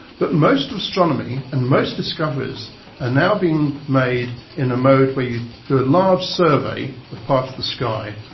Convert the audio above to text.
but most astronomy and most discoveries are and now being made in a mode where you do a large survey of part of the sky,